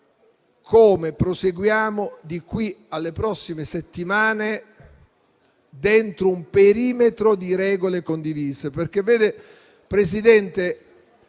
come proseguiamo, da qui alle prossime settimane, dentro un perimetro di regole condivise.